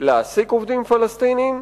להעסיק עובדים פלסטינים,